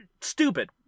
stupid